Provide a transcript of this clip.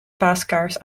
paaskaars